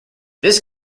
this